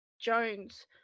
Jones